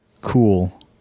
cool